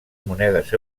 monedes